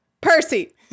Percy